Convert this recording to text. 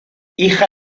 hija